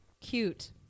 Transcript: cute